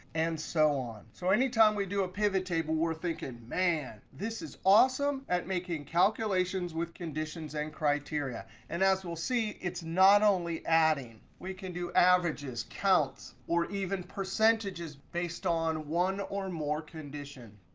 and so on. so anytime we do a pivottable, we're thinking, man, this is awesome at making calculations with conditions and criteria. and as we'll see, it's not only adding. we can do averages, counts, or even percentages based on one or more condition.